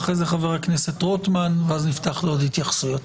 ואחרי זה חבר הכנסת רוטמן; ואז נפתח לעוד התייחסויות.